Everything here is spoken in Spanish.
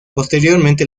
posteriormente